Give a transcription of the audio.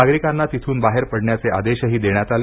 नागरिकांना तिथून बाहेर पडण्याचे आदेशही देण्यात आले